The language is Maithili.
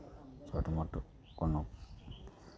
छोट मोट कोनो